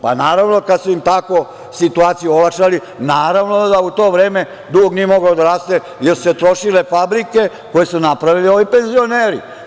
Pa, naravno kada su im tako situaciju olakšali, naravno da to u vreme dug nije mogao da raste, jer su se trošile fabrike koje su napravili penzioneri.